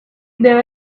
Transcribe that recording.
there